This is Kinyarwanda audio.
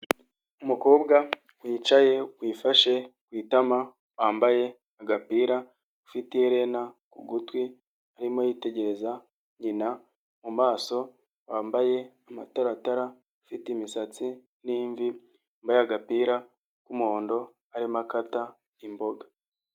Umukobwa wicaye wifashe ku itama wambaye agapira ufite iherena ku gutwi arimo yitegereza nyina mu maso, wambaye amataratara ufite imisatsi n'imvi yambaye agapira k'umuhondo arimo akata imboga.